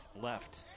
left